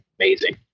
amazing